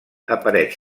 apareix